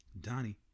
Donnie